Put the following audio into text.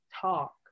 talk